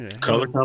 Color